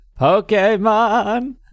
Pokemon